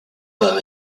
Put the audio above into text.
par